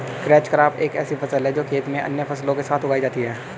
catch crop एक ऐसी फसल है जो खेत में अन्य फसलों के साथ उगाई जाती है